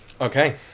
Okay